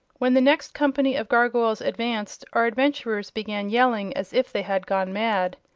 when the next company of gargoyles advanced, our adventurers began yelling as if they had gone mad.